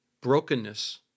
brokenness